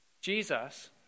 Jesus